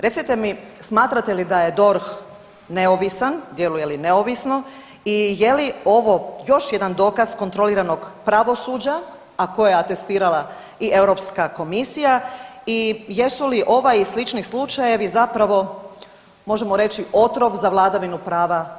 Recite mi smatrate li da je DORH neovisan, djeluje li neovisno i je li ovo još jedan dokaz kontroliranog pravosuđa, a koje je atestirala i Europske komisija i jesu li ovaj i slični slučajevi zapravo možemo reći otrov za vladavinu prava u Hrvatskoj?